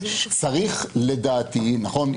נכון,